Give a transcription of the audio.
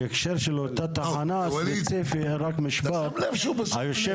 בהקשר של אותה תחנה ספציפית, רק משפט, היושב